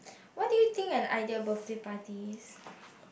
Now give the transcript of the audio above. what do you think an ideal birthday party is